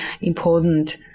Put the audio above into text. important